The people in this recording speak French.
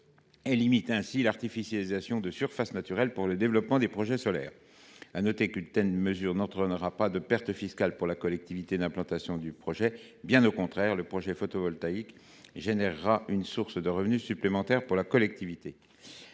Cela limite l’artificialisation de surfaces naturelles pour le développement de projets solaires. La mesure proposée dans cet amendement n’entraînera pas de perte fiscale pour la collectivité d’implantation du projet. Bien au contraire, le projet photovoltaïque constituera une source de revenus supplémentaire pour la collectivité.